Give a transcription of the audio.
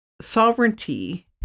sovereignty